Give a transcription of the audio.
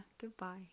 goodbye